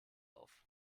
auf